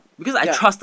ya